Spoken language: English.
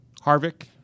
Harvick